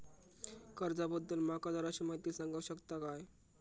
कर्जा बद्दल माका जराशी माहिती सांगा शकता काय?